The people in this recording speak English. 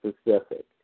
specific